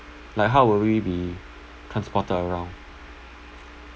like how will we be transported around